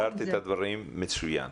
הבהרת את הדברים מצוין.